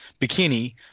bikini